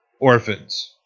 orphans